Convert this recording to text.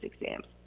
exams